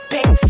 Big